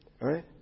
right